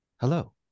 Hello